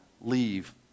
leave